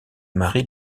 marie